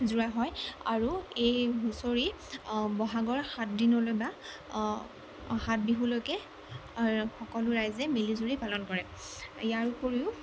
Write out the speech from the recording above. যোৱা হয় আৰু এই হুঁচৰি বহাগৰ সাতদিনলৈ বা সাতবিহুলৈকে আৰু সকলো ৰাইজে মিলিজুলি পালন কৰে ইয়াৰ উপৰিও